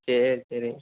சரி சரி